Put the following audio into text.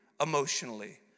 emotionally